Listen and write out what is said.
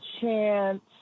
chance